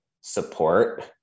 support